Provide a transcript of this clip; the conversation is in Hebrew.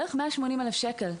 זה בערך 80.000 שקל.